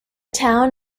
town